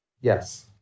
yes